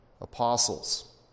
apostles